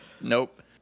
Nope